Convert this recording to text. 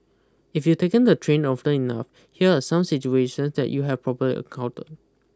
if you've taken the train often enough here are some situations that you have probably encountered